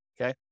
Okay